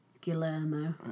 Guillermo